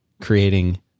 creating